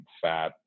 fat